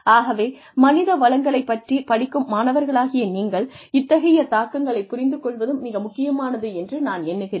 ஆகவே மனித வளங்களைப் பற்றிப் படிக்கும் மாணவர்களாகிய நீங்கள் இத்தகைய தாக்கங்களைப் புரிந்து கொள்வதும் மிக முக்கியமானது என்று நான் எண்ணுகிறேன்